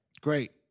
Great